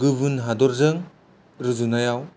गुबुन हादरजों रुजुनायाव